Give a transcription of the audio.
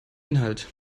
inhalt